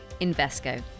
Invesco